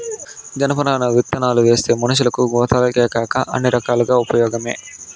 జనపనార విత్తనాలువేస్తే మనషులకు, గోతాలకేకాక అన్ని రకాలుగా ఉపయోగమే